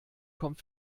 kommt